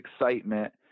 excitement